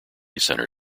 center